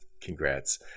Congrats